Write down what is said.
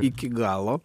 iki galo